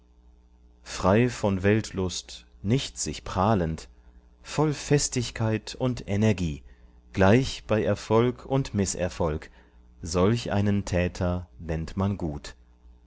frei von weltlust nicht sich prahlend voll festigkeit und energie gleich bei erfolg und mißerfolg solch einen täter nennt man gut